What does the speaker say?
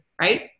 right